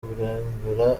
kurengera